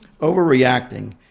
overreacting